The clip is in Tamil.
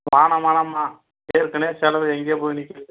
வேணா வேணாம்மா ஏற்கனவே செலவு எங்கேயோ போய் நிற்கிது